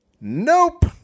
Nope